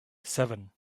seven